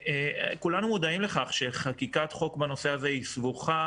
כולנו מודעים לכך שחקיקת חוק בנושא הזה היא סבוכה